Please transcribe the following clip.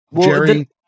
Jerry